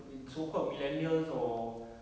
in so called millennial or